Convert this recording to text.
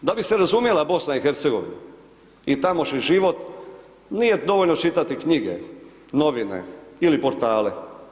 Da bi se razumjela BiH i tamošnji život nije dovoljno čitati knjige, novine ili portale.